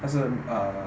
他是 uh